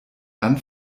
dann